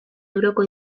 euroko